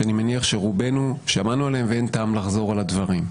שאני מניח שרובנו שמענו עליהן ואין טעם לחזור על הדברים.